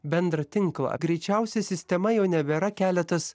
bendrą tinklą greičiausiai sistema jau nebėra keletas